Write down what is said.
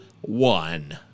one